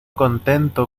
contento